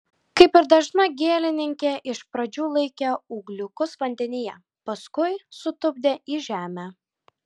kaip ir dažna gėlininkė iš pradžių laikė ūgliukus vandenyje paskui sutupdė į žemę